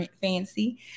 Fancy